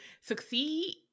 succeed